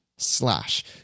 slash